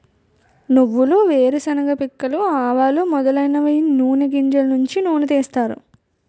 నువ్వులు వేరుశెనగ పిక్కలు ఆవాలు మొదలైనవి నూని గింజలు నుంచి నూనె తీస్తారు